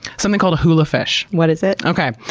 something called a hula fish. what is it? okay,